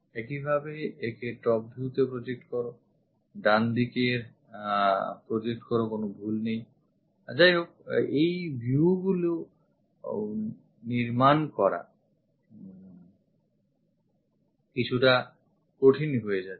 একইভাবে একে top view তে project করো ডানদিকে project করো কোন ভুল নেই যাইহোক ওই viewগুলি নির্মান করা কিছুটা কঠিনই হয়ে যাচ্ছে